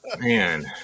Man